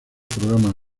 programa